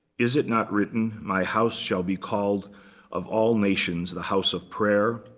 is it not written, my house shall be called of all nations the house of prayer.